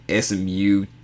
SMU